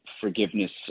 forgiveness